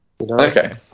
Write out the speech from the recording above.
Okay